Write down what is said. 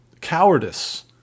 cowardice